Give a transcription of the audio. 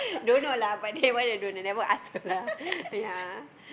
don't know lah but that one I don't I never ask her lah ya